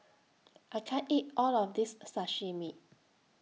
I can't eat All of This Sashimi